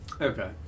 Okay